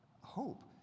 hope